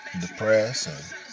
depressed